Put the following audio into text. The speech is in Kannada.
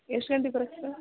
ಎಷ್ಟು ಗಂಟೆಗೆ ಬರ್ಬೇಕು ಸರ್